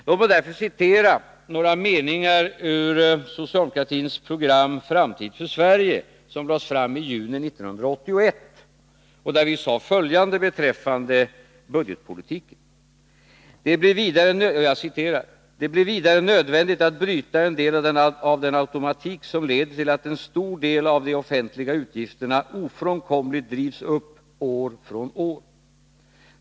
Låt mig därför citera några meningar ur socialdemokratins program Framtid för Sverige som lades fram i juni 1981 och där vi sade följande beträffande budgetpolitiken: ”Det blir vidare nödvändigt att bryta en del av den automatik som leder till att en stor del av de offentliga utgifterna ofrånkomligt drivs upp år från år.